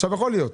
זה יכול להיות,